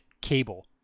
cable